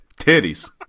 Titties